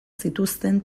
zituzten